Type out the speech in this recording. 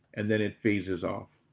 and then it phases off.